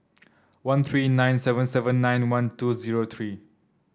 one three nine seven seven nine one two zero three